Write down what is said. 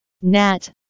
nat